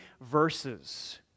verses